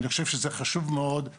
אני חושב שזה חשוב מאוד.